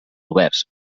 oberts